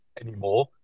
anymore